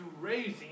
raising